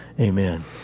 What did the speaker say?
amen